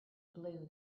blew